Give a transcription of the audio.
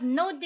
no